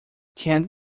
can’t